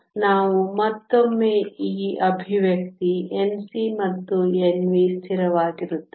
ಆದ್ದರಿಂದ ನಾವು ಮತ್ತೊಮ್ಮೆ ಈ ಅಭಿವ್ಯಕ್ತಿ Nc ಮತ್ತು Nv ಸ್ಥಿರವಾಗಿರುತ್ತವೆ